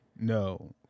No